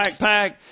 backpack